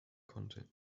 konnte